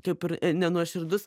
kaip ir nenuoširdus